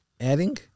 Adding